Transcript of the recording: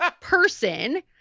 person